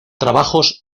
trabajos